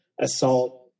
assault